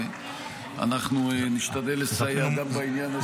ואנחנו נשתדל לסייע גם בעניין הזה.